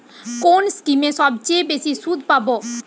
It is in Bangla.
কোন স্কিমে সবচেয়ে বেশি সুদ পাব?